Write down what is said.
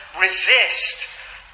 resist